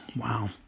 Wow